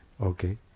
okay